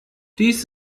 dies